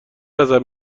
ازم